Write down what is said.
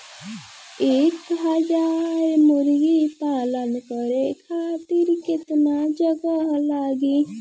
एक हज़ार मुर्गी पालन करे खातिर केतना जगह लागी?